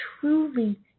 truly